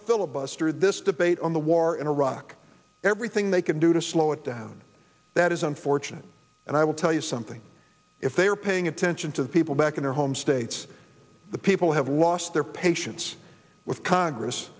filibuster this debate on the war in iraq everything they can do to slow it down that is unfortunate and i will tell you something if they are paying attention to the people back in their home states the people have lost their patience with congress